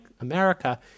America